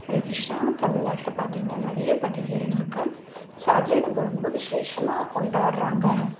ஹரே கிருஷ்ணா தமிழ்நாட்டில் பார்த்தீங்கன்னா நிறைய பண்டிகைகள் இருக்குது ஸோ அதில் எனக்கு ரொம்ப விசேஷமாக கொண்டாடுறாங்க